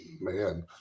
Man